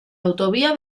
autovía